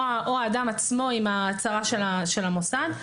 או האדם עצמו עם ההצהרה של המוסד.